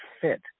fit